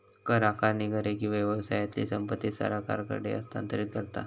कर आकारणी घरे किंवा व्यवसायातली संपत्ती सरकारकडे हस्तांतरित करता